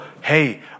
hey